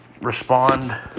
respond